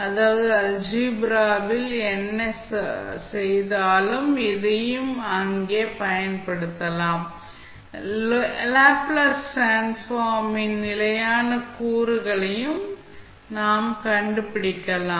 அதாவது அல்ஜீப்ரா வில் என்ன செய்தாலும் இங்கேயும் இதைப் பயன்படுத்தலாம் லேப்ளேஸ் டிரான்ஸ்ஃபார்ம் ன் நிலையான கூறுகளையும் நாம் கண்டுபிடிக்கலாம்